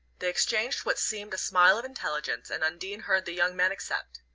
they exchanged what seemed a smile of intelligence, and undine heard the young man accept.